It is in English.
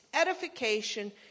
edification